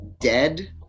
dead